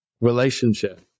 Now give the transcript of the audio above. relationship